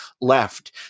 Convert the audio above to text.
left